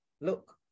look